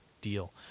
deal